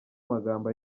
magambo